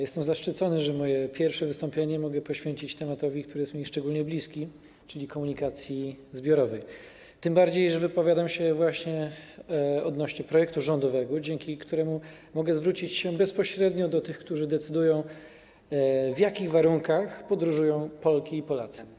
Jestem zaszczycony, że moje pierwsze wystąpienie mogę poświęcić tematowi, który jest mi szczególnie bliski, czyli komunikacji zbiorowej, tym bardziej że wypowiadam się odnośnie do projektu rządowego, dzięki czemu mogę zwrócić się bezpośrednio do tych, którzy decydują, w jakich warunkach podróżują Polki i Polacy.